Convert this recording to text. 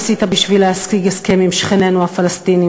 עשית בשביל להשיג הסכם עם שכנינו הפלסטינים